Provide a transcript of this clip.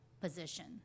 position